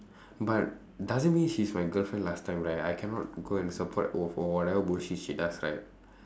but doesn't mean she is my girlfriend last time right I cannot go and support oh for whatever bullshit she does right